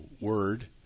word